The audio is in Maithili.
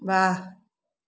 वाह